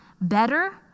better